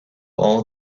all